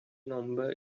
number